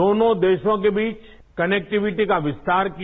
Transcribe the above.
दोनों देशों के बीच कनेक्टिविटी का विस्तार किया